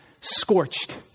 Scorched